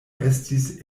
estis